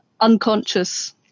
unconscious